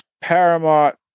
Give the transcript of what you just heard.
Paramount